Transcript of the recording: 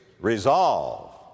resolve